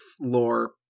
lore